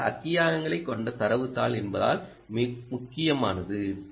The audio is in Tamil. இது பல அத்தியாயங்களைக் கொண்ட தரவுத் தாள் என்பதால் முக்கியமானது